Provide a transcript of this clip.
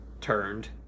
turned